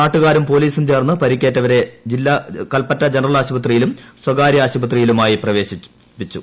നാട്ടുകാരും പോലീസും ചേർന്ന് പരിക്കേറ്റവരെ കൽപ്പറ്റ ജനറൽ ആശുപത്രിയിലും സ്വകാര്യ ആശുപത്രിയിലുമായി പ്രവേശിപ്പിച്ചു